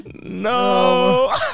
No